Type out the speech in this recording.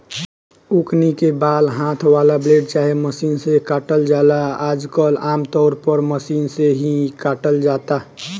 ओकनी के बाल हाथ वाला ब्लेड चाहे मशीन से काटल जाला आजकल आमतौर पर मशीन से ही काटल जाता